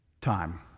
time